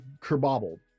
kerbobbled